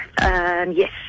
Yes